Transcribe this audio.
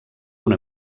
una